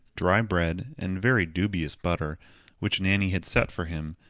dry bread, and very dubious butter which nanny had set for him,